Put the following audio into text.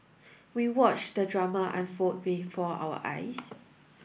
we watched the drama unfold before our eyes